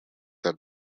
have